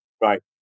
Right